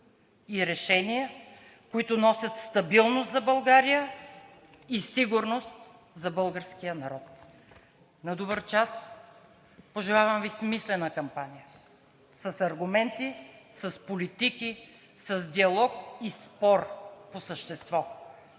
и решения, които носят стабилност за България и сигурност за българския народ. На добър час! Пожелавам Ви смислена кампания – с аргументи, с политики, с диалог и спор по същество,